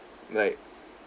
like